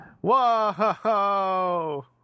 whoa